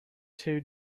two